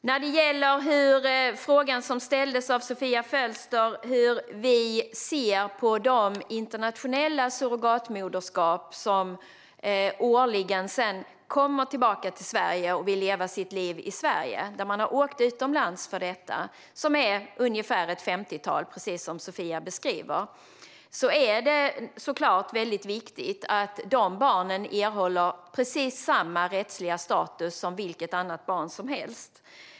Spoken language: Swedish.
Sofia Fölster frågar hur vi ser på de barn som kommit till genom internationella surrogatmoderskap och som kommer till Sverige för att leva här. Det rör sig om ungefär ett femtiotal barn per år. Det är givetvis viktigt att dessa barn erhåller samma rättsliga status som vilket annat barn som helst.